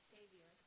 Savior